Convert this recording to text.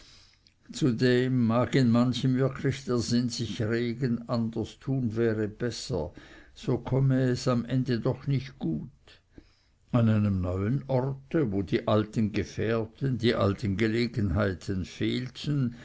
zudem mag in manchem wirklich der sinn sich regen anders tun wäre besser so komme es am ende doch nicht gut an einem neuen orte wo die alten gefährten die alten gelegenheiten fehlten